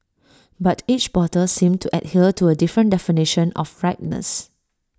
but each bottle seemed to adhere to A different definition of ripeness